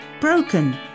broken